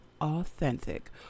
Authentic